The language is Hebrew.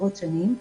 עשרות שנים.